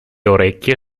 orecchie